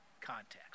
context